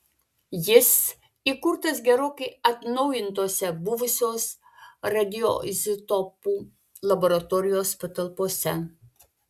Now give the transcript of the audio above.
jis įkurtas gerokai atnaujintose buvusios radioizotopų laboratorijos patalpose